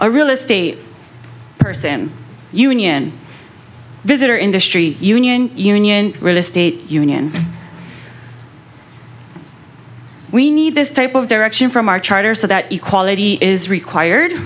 a real estate person union visitor industry union union real estate union we need this type of direction from our charter so that equality is required